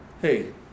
hey